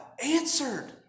answered